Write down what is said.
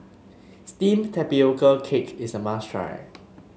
steamed Tapioca Cake is a must try